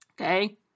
Okay